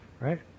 right